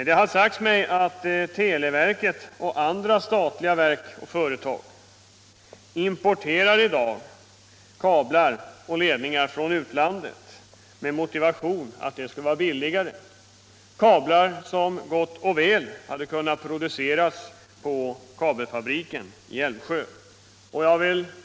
Det har sagts mig att televerket och andra statliga verk och företag i dag importerar kablar och ledningar från utlandet och motiverar det med att det skulle vara billigare, kablar som gott och väl hade kunnat produceras vid Älvsjöanläggningen.